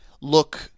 look